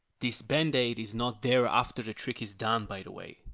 this band-aid is not there after the trick is done by the way.